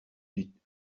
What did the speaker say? dut